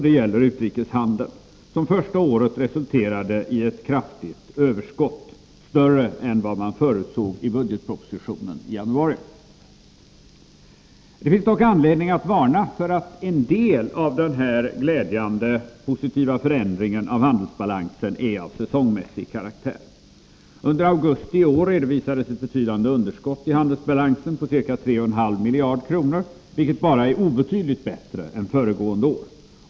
Det gäller utrikeshandeln, som första året resulterade i ett kraftigt överskott — större än vad man förutsåg i budgetpropositionen i januari. Det finns dock anledning att varna för att en del av den här glädjande positiva förändringen av handelsbalansen är av säsongsmässig karaktär. Under augusti i år redovisades ett betydande underskott i handelsbalansen, på ca tre och en halv miljard kronor, vilket bara är obetydligt bättre än föregående år.